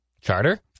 Charter